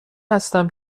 هستم